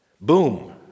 boom